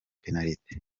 penaliti